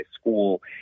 School